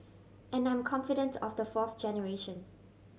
and I'm confident of the fourth generation